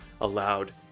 allowed